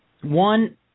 One